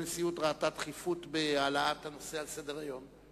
הנשיאות ראתה דחיפות בהעלאת הנושא על סדר-היום.